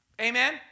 Amen